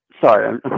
Sorry